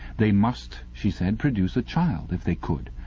they must, she said, produce a child if they could.